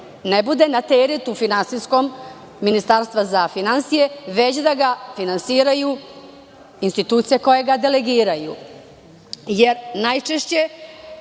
ne bude na teretu finansijskom Ministarstva za finansije, već da ga finansiraju institucije koje ga delegiraju. Najčešće